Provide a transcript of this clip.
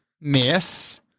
miss